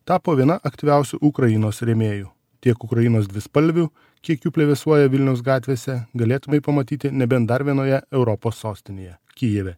tapo viena aktyviausių ukrainos rėmėjų tiek ukrainos dvispalvių kiek jų plevėsuoja vilniaus gatvėse galėtumei pamatyti nebent dar vienoje europos sostinėje kijeve